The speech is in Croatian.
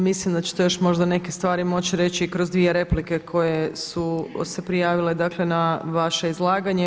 Mislim da ćete još možda neke stvari moći reći i kroz dvije replike koje su se prijavile na vaše izlaganje.